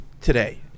today